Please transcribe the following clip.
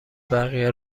بقیه